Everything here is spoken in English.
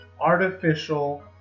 artificial